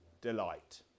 delight